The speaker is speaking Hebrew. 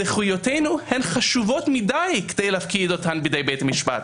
זכויותינו הן חשובות מדי כדי להפקיד אותן בידי בית המשפט.